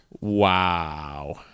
Wow